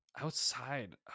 outside